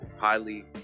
highly